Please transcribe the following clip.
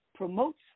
promotes